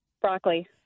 Broccoli